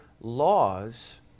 laws